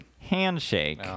handshake